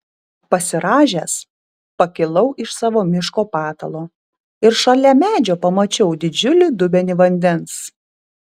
pasirąžęs pakilau iš savo miško patalo ir šalia medžio pamačiau didžiulį dubenį vandens